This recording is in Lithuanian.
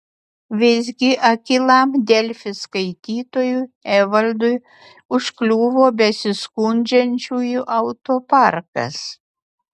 visgi akylam delfi skaitytojui evaldui užkliuvo besiskundžiančiųjų autoparkas